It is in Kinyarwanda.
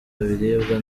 biribwa